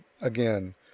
Again